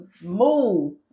move